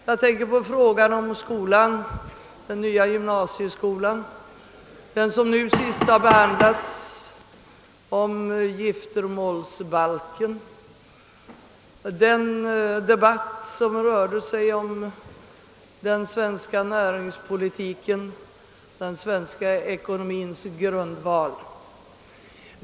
Jag tänker på frågan om den nya gymnasieskolan, om giftermålsbalken, och den debatt som rörde sig om vår näringspolitik, den svenska ekonomins grundval.